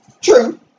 True